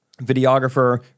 videographer